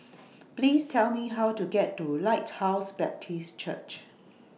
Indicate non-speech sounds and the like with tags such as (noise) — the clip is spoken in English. (noise) Please Tell Me How to get to Lighthouse Baptist Church